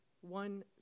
one